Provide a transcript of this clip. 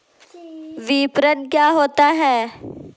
विपणन क्या होता है?